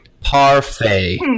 Parfait